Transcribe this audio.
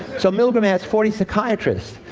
so milgram asks forty psychiatrists,